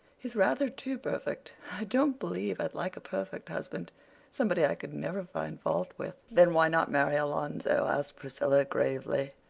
he's rather too perfect i don't believe i'd like a perfect husband somebody i could never find fault with. then why not marry alonzo? asked priscilla gravely.